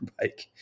bike